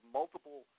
multiple